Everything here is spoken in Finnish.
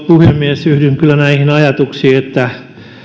puhemies yhdyn näihin ajatuksiin että